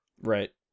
Right